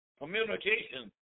communication